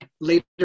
later